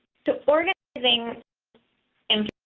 so organizing and